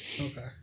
Okay